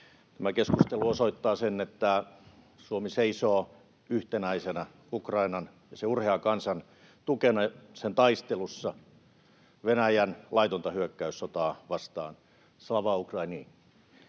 Tämä keskustelu osoittaa sen, että Suomi seisoo yhtenäisenä Ukrainan ja sen urhean kansan tukena sen taistelussa Venäjän laitonta hyökkäyssotaa vastaan. Slava Ukraini!